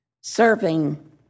serving